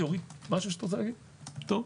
זהו.